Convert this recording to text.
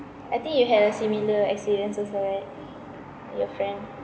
I think you had a similar accidents also right your friend